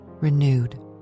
renewed